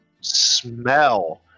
smell